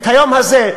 את היום הזה?